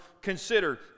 consider